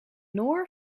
noor